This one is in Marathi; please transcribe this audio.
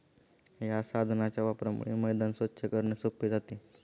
या साधनाच्या वापरामुळे मैदान स्वच्छ करणे सोपे जाते